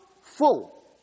full